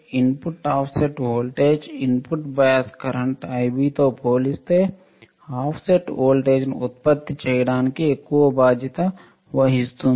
input offset voltage input bias current Ibతో పోలిస్తే offset వోల్టేజ్ను ఉత్పత్తి చేయడానికి ఎక్కువ బాధ్యత వహిస్తుంది